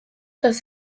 dass